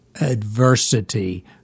adversity